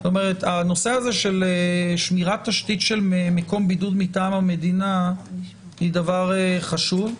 הנושא הזה של שמירת תשתית של מקום בידוד מטעם המדינה היא דבר חשוב.